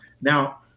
Now